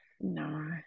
No